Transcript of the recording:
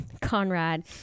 Conrad